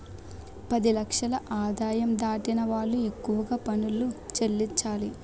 పది లక్షల ఆదాయం దాటిన వాళ్లు ఎక్కువగా పనులు చెల్లించాలి